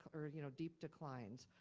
or you know deep declines.